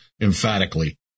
emphatically